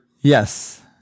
Yes